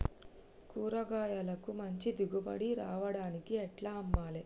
కూరగాయలకు మంచి దిగుబడి రావడానికి ఎట్ల అమ్మాలే?